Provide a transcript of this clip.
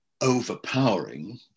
overpowering